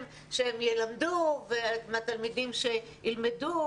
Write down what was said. שהם ילמדו ואנו מצפים שהתלמידים ילמדו,